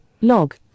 log